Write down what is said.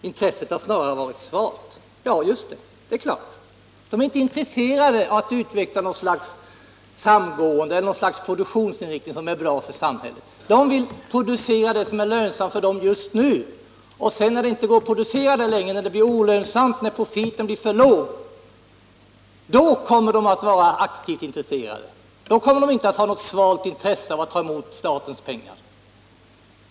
Intresset har snarare varit svalt, sade Bengt Sjönell. Ja, det är klart. Företagen är inte intresserade av att utveckla ett samgående eller en produktionsinriktning som är bra för samhället. De vill producera det som är lönsamt för dem just nu, och sedan när det blir olönsamt, när profiten blir för låg, kommer de att vara aktivt intresserade. Då kommer de inte att ha något svalt intresse av att ta emot statens pengar.